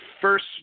first